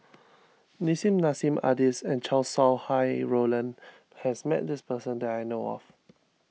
Nissim Nassim Adis and Chow Sau Hai Roland has met this person that I know of